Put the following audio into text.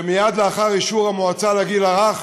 שמייד לאחר אישור המועצה לגיל הרך